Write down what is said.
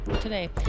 today